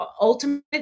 ultimate